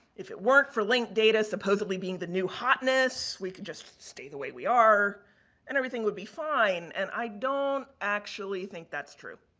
if it weren't for link data supposedly being the new hotness, we could just stay the way we are and everything would be fine. and, i don't actually think that's true.